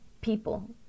people